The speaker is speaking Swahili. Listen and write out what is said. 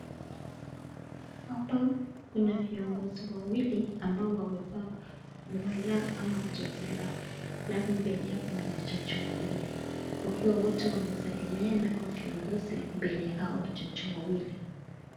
Hapa kuna viongozi wawili ambao wamevaa wala ama koti lao halafu mbele yao kuna majaji wawili, wakiwa wote wamesalimiana hawa viongozi mbele ya hawa majaji wawili.